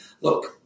look